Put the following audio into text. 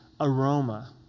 aroma